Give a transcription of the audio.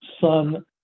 son